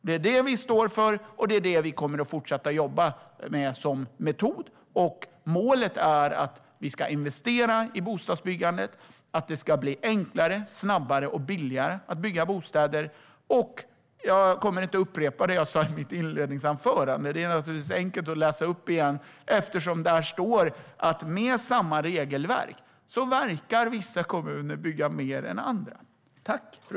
Det är det vi står för, och det är det vi kommer att fortsätta jobba med som metod. Målet är att vi ska investera i bostadsbyggandet och att det ska bli enklare, snabbare och billigare att bygga bostäder. Jag kommer inte att upprepa det jag sa i mitt interpellationssvar även om det naturligtvis vore enkelt att läsa upp det igen. Det står där att vissa kommuner verkar bygga mer än andra - med samma regelverk.